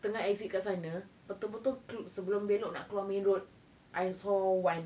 tengah exit dekat sana betul-betul sebelum belok nak keluar main road I saw one